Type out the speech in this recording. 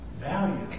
value